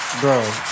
bro